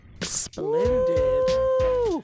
splendid